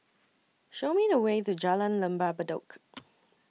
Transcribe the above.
Show Me The Way to Jalan Lembah Bedok